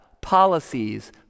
policies